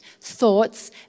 thoughts